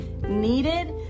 needed